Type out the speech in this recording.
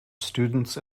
students